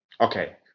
Okay